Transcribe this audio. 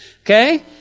Okay